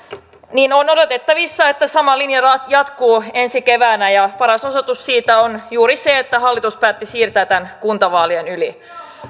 niin on odotettavissa että sama linja jatkuu ensi keväänä paras osoitus siitä on juuri se että hallitus päätti siirtää tämän kuntavaalien yli